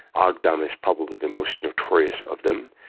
ah agdam is probably the most notorious of them,